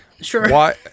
Sure